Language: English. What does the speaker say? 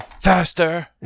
faster